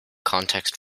context